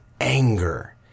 anger